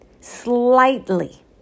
slightly